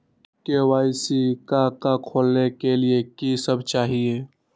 KYC का का खोलने के लिए कि सब चाहिए?